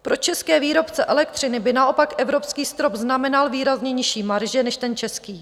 Pro české výrobce elektřiny by naopak evropský strop znamenal výrazně nižší marže než ten český.